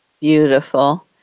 Beautiful